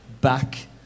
back